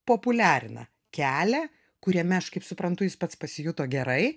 populiarina kelią kuriame aš kaip suprantu jis pats pasijuto gerai